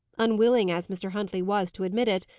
unwilling as mr. huntley was to admit it,